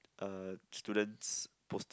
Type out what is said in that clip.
uh students posted